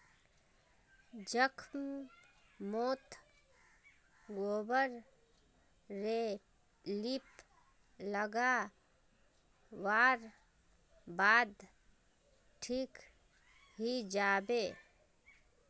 जख्म मोत गोबर रे लीप लागा वार बाद ठिक हिजाबे